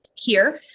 here